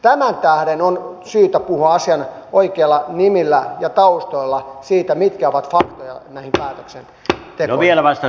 tämän tähden on syytä puhua asian oikeilla nimillä ja taustoilla siitä mitkä ovat faktoja tässä päätöksenteossa